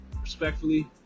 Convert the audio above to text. respectfully